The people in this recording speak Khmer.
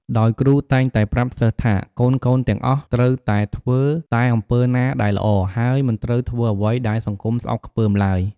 ដោយគ្រូតែងតែប្រាប់សិស្សថា កូនៗទាំងអស់ត្រូវតែធ្វើតែអំពើណាដែលល្អ ហើយមិនត្រូវធ្វើអ្វីដែលសង្គមស្អប់ខ្ពើមឡើយ។